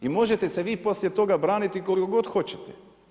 I možete se vi poslije toga braniti koliko god hoćete.